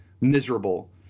miserable